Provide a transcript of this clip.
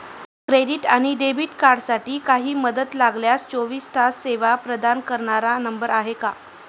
Credit आणि debit कार्डसाठी काही मदत लागल्यास चोवीस तास सेवा प्रदान करणारा नंबर आहे का?